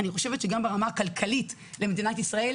אני חושבת שגם ברמה הכלכלית למדינת ישראל,